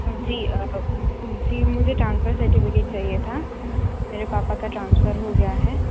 जी जी मुझे transfer certificate चाहिए था मेरे पापा का ट्रांसफर हो गया है